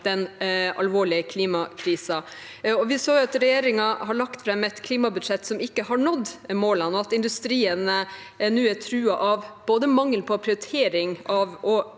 den alvorlige klimakrisen. Vi så at regjeringen la fram et klimabudsjett som ikke har nådd målene, og at industrien nå er truet av mangel på både prioritering og